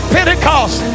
Pentecost